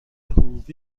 حقوقی